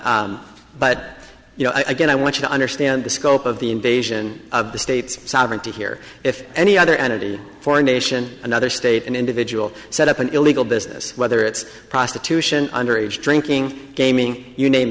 that but you know again i want you to understand the scope of the invasion of the states sovereignty here if any other entity for a nation another state an individual set up an illegal business whether it's prostitution underage drinking gaming you name